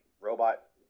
Robot